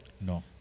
No